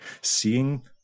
seeing